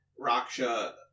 Raksha